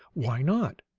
why not?